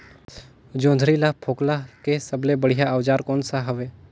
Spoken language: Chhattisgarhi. जोंदरी ला फोकला के सबले बढ़िया औजार कोन सा हवे?